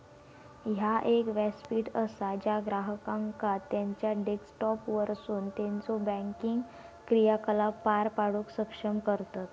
ह्या एक व्यासपीठ असा ज्या ग्राहकांका त्यांचा डेस्कटॉपवरसून त्यांचो बँकिंग क्रियाकलाप पार पाडूक सक्षम करतत